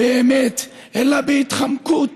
באמת אלא בהתחמקות